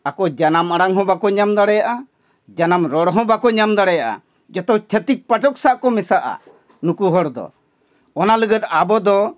ᱟᱠᱚ ᱡᱟᱱᱟᱢ ᱟᱲᱟᱝ ᱦᱚᱸ ᱵᱟᱠᱚ ᱧᱟᱢ ᱫᱟᱲᱮᱭᱟᱜᱼᱟ ᱡᱟᱱᱟᱢ ᱨᱚᱲ ᱦᱚᱸ ᱵᱟᱠᱚ ᱧᱟᱢ ᱫᱟᱲᱮᱭᱟᱜᱼᱟ ᱡᱚᱛᱚ ᱪᱷᱟᱹᱛᱤᱠ ᱯᱟᱴᱚᱠ ᱥᱟᱶᱠᱚ ᱢᱮᱥᱟᱜᱼᱟ ᱱᱩᱠᱩ ᱦᱚᱲᱫᱚ ᱚᱱᱟ ᱞᱟᱹᱜᱤᱫ ᱟᱵᱚ ᱫᱚ